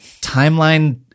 timeline